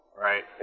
Right